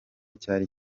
cyari